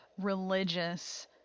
religious